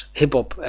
hip-hop